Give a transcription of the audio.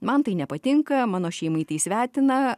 man tai nepatinka mano šeimai tai svetina